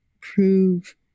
prove